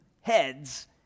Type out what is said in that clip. heads